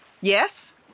Yes